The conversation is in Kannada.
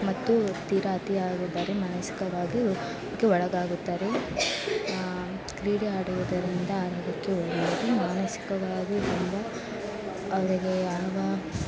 ಮತ್ತು ತೀರಾ ಅತಿಯಾಗಿದ್ದರೆ ಮಾನಸಿಕವಾಗಿಯೂ ಕ್ಕೆ ಒಳಗಾಗುತ್ತಾರೆ ಕ್ರೀಡೆ ಆಡುವುದರಿಂದ ಆರೋಗ್ಯಕ್ಕೆ ಒಳ್ಳೆಯದು ಮಾನಸಿಕವಾಗಿಯೂ ತುಂಬ ಅವರಿಗೆ ಯಾವ